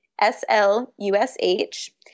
S-L-U-S-H